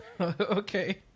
Okay